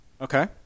Okay